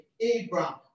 Abraham